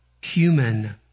human